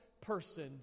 person